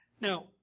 Now